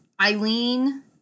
Eileen